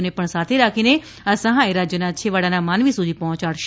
ઓને પણ સાથે રાખી આ સહાય રાજ્યના છેવાડાના માનવી સુધી પહોંચાડશે